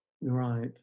right